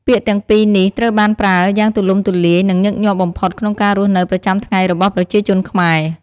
ពាក្យទាំងពីរនេះត្រូវបានប្រើយ៉ាងទូលំទូលាយ និងញឹកញាប់បំផុតក្នុងការរស់នៅប្រចាំថ្ងៃរបស់ប្រជាជនខ្មែរ